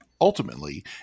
Ultimately